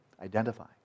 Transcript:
identify